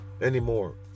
anymore